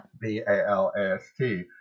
B-A-L-A-S-T